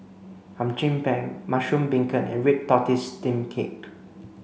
Hum Chim Peng mushroom beancurd and red tortoise steamed cake